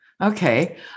okay